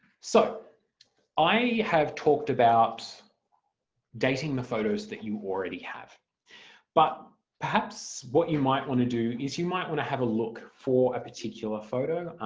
so i have talked about dating the photos that you already have but perhaps what you might want to do is you might want to have a look for a particular photo,